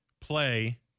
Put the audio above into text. play